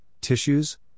tissues